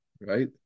Right